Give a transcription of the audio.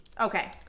Okay